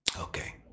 Okay